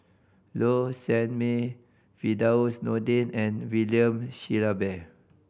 Low Sanmay Firdaus Nordin and William Shellabear